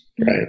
right